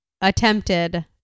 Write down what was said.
attempted